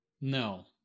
No